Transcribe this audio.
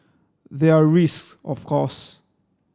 there are risks of course